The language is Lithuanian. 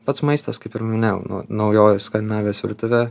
pats maistas kaip ir minėjau nu naujoji skandinavijos virtuvė